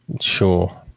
Sure